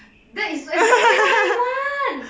that is exactly what I want